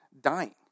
dying